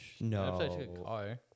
No